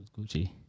Gucci